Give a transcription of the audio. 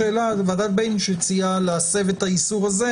השאלה לוועדת בייניש שהציעה להסב את האיסור הזה